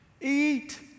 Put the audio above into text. eat